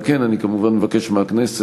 והאנשים האלה נמצאים במצב הכי קשה,